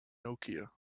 nokia